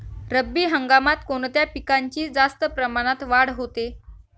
रब्बी हंगामात कोणत्या पिकांची जास्त प्रमाणात वाढ होते?